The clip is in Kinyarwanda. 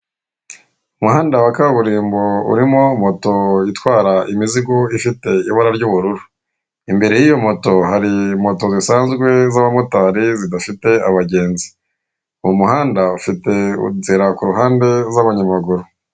Umuhanda wa kaburimbo urimo moto itwara imizigo ifite ibara ry'ubururu, imbere y'iyo moto hari moto zisanzwe z'abamotari zidafite abagenzi. Umuhanda ufiite inzira ku ruhande z'abanyamaguru.